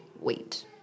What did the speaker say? wait